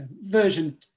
version